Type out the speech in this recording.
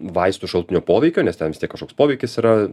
vaistų šalutinio poveikio nes ten vis tiek kažkoks poveikis yra